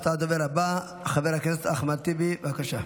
עתה הדובר הבא חבר הכנסת אחמד טיבי, בבקשה.